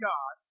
God